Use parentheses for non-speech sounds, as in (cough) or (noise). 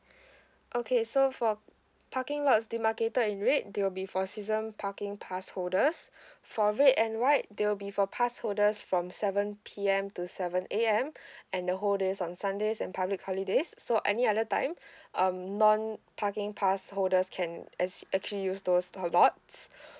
(breath) okay so for parking lots the marketed in red they will be for season parking pass holders (breath) for red and white they will be for pass holders from seven P_M to seven A_M (breath) and the whole days on sundays and public holidays s~ so any other time (breath) um non parking pass holders can exi~ actually use those to hold lots